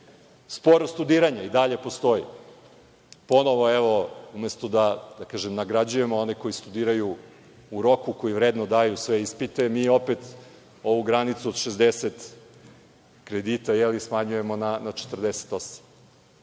studiranje i dalje postoji. Ponovo, umesto da nagrađujemo one koji studiraju u roku, koji vredno daju sve ispite, mi opet ovu granicu od 60 kredita smanjujemo na 48.